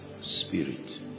Spirit